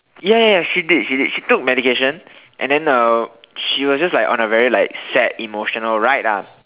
ya ya ya she did she did she took medication and then uh she was just like on a very like sad emotional ride ah